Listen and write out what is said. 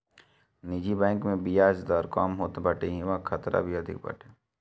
निजी बैंक में बियाज दर कम होत बाटे इहवा खतरा भी अधिका बाटे